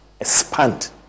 expand